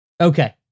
okay